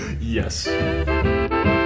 yes